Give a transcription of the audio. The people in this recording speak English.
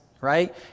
Right